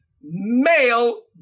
male